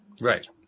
Right